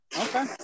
okay